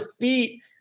feet